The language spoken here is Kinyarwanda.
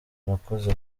nakoze